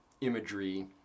imagery